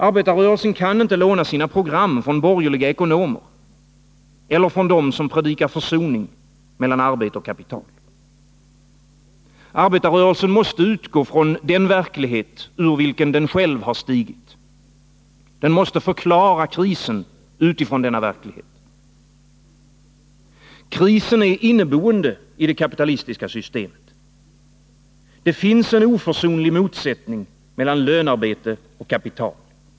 Arbetarrörelsen kan inte låna sina program från borgerliga ekonomer eller från dem som predikar försoning mellan arbete och kapital. Arbetarrörelsen måste utgå från den verklighet ur vilken den själv har stigit. Den måste förklara krisen utifrån denna verklighet. Krisen är inneboende i det kapitalistiska systemet. Det finns en oförsonlig motsättning mellan lönarbete och kapital.